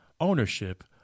ownership